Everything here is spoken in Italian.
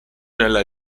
nella